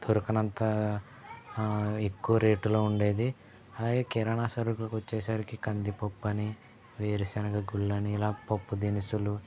దొరకనంత ఎక్కువ రేటులో ఉండేది ఆ కిరాణా సరుకులు వచ్చేసరికి కందిపప్పని వేరుశనగ గుళ్ళని ఇలా పప్పు దినుసులు